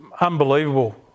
unbelievable